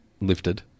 lifted